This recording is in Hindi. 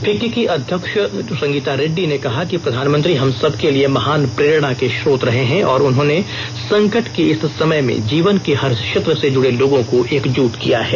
फिक्की की अध्यक्ष संगीता रेड्डी ने कहा कि प्रधानमंत्री हम सबके लिए महान प्रेरणा के स्रोत रहे हैं और उन्होंने संकट के इस समय में जीवन के हर क्षेत्र से जुड़े लोगों को एकजुट किया है